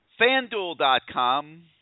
FanDuel.com